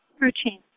routine